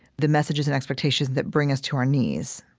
the messages and expectations that bring us to our knees,